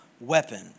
weapon